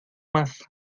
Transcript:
más